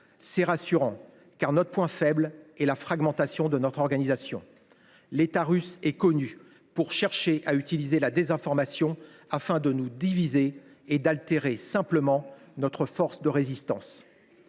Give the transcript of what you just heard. C’est rassurant, car notre point faible est la fragmentation de notre organisation. L’État russe est connu pour chercher à utiliser la désinformation afin de nous diviser et d’altérer simplement notre force de résistance.